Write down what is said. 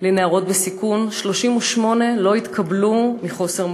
לנערות בסיכון, 38 לא התקבלו מחוסר מקום.